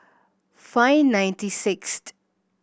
five ninety sixth